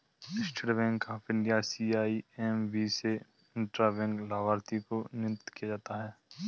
state Bank of India CIMB से intra bank लाभार्थी को नियंत्रण किया जाता है